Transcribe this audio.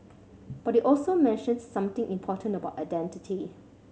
but you also mentioned something important about identity